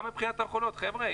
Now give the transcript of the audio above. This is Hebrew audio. גם מבחינת היכולות חבר'ה,